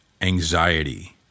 anxiety